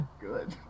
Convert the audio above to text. Good